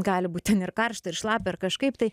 gali būt ten ir karšta ir šlapia ir kažkaip tai